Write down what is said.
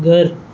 घरु